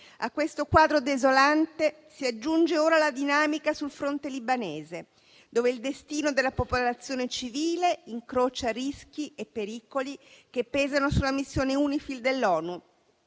A questo quadro desolante si aggiunge ora la dinamica sul fronte libanese, dove il destino della popolazione civile incrocia rischi e pericoli che pesano sulla missione UNIFIL dell'ONU: